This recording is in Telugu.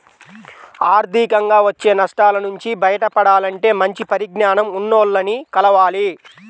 ఆర్థికంగా వచ్చే నష్టాల నుంచి బయటపడాలంటే మంచి పరిజ్ఞానం ఉన్నోల్లని కలవాలి